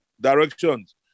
directions